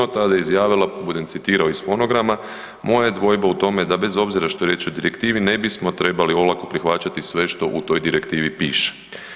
Tada je izjavila budem citirao iz fonograma „Moja je dvojba u tome da bez obzira što je riječ o direktivi ne bismo trebali olako prihvaćati sve što u to direktivi piše“